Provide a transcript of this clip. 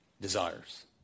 desires